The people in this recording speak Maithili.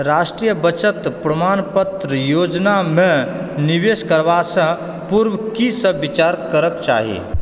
राष्ट्रीय बचत प्रमाणपत्र योजनामे निवेश करबासँ पूर्व की सब विचार करक चाही